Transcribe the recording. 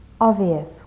obvious